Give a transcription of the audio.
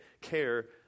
care